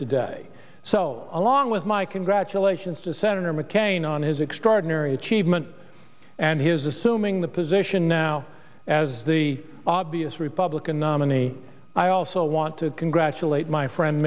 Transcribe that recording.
today so along with my congratulations to senator mccain on his extraordinary achievement and his assuming the position now as the obvious republican nominee i also want to congratulate my friend